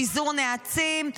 פיזור נעצים.